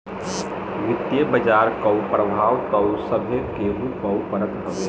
वित्तीय बाजार कअ प्रभाव तअ सभे केहू पअ पड़त हवे